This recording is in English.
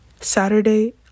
Saturday